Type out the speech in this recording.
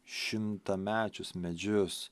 šimtamečius medžius